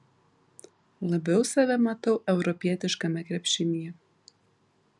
labiau save matau europietiškame krepšinyje